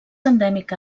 endèmica